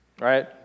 Right